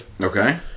Okay